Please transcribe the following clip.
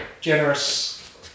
generous